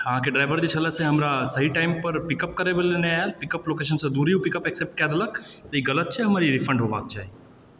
अहाँकेँ ड्राइवर जे छलऽ से हमरा सही टाइम पर पिकअप करए वला नहि आएल पिकअप लोकेशनसँ दूरे ओ पिकअप एक्सेप्ट कए देलक तऽ ई गलत छै हमर ई रिफन्ड होबाक चाही